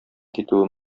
китүе